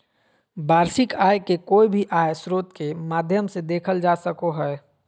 वार्षिक आय के कोय भी आय स्रोत के माध्यम से देखल जा सको हय